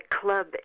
club